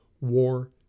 war